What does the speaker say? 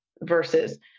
versus